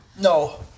No